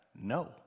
No